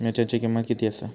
मिरच्यांची किंमत किती आसा?